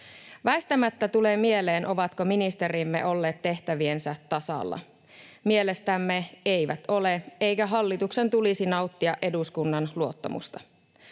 Väistämättä tulee mieleen, ovatko ministerimme olleet tehtäviensä tasalla. Mielestämme eivät ole, eikä hallituksen tulisi nauttia eduskunnan luottamusta.